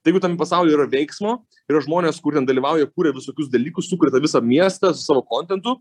tai jeigu tam pasauly ir veiksmo yra žmonės kur ten dalyvauja kuria visokius dalykus sukuria tą visą miestą su savo kontentu